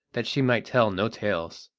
that she might tell no tales.